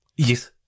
Yes